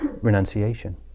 renunciation